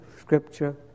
scripture